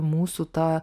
mūsų tą